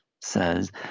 says